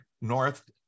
north